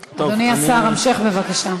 המשך.